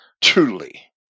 truly